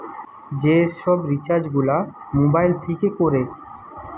যে সব রিচার্জ গুলা মোবাইল থিকে কোরে